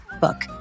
book